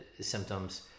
symptoms